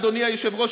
אדוני היושב-ראש,